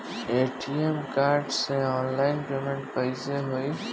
ATM card से online payment कैसे होई?